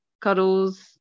cuddles